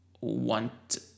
want